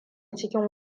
cikin